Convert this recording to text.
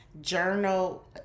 Journal